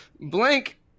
Blank